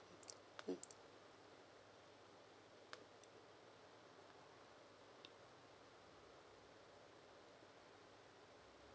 mm